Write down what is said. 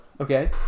Okay